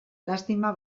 lastima